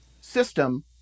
system